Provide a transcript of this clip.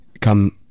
come